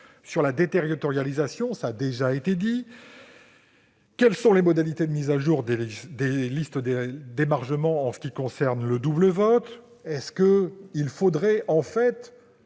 Sur la déterritorialisation, cela a déjà été dit, quelles sont les modalités de mise à jour des listes d'émargement en ce qui concerne le double vote ? Faudrait-il en fait